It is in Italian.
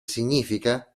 significa